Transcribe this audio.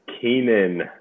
Keenan